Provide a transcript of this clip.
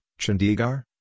Chandigarh